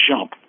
jump